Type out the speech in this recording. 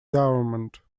government